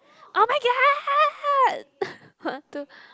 oh-my-god one two